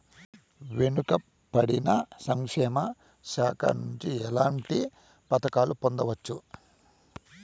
వెనుక పడిన సంక్షేమ శాఖ నుంచి ఎట్లాంటి పథకాలు పొందవచ్చు?